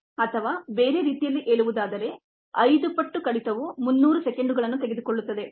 ಅಥವಾ ಬೇರೆ ರೀತಿಯಲ್ಲಿ ಹೇಳುವುದಾದರೆ 5 ಪಟ್ಟು ಕಡಿತವು 300 ಸೆಕೆಂಡುಗಳನ್ನು ತೆಗೆದುಕೊಳ್ಳುತ್ತದೆ